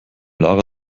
lara